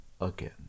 again